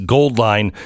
Goldline